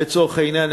לצורך העניין,